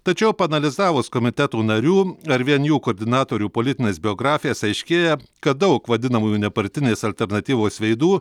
tačiau paanalizavus komitetų narių ar vien jų koordinatorių politines biografijas aiškėja kad daug vadinamųjų nepartinės alternatyvos veidų